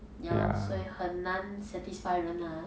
ya lor 所以很难 satisfy 人 ah